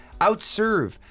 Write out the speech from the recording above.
Outserve